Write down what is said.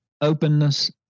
openness